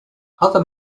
other